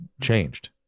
changed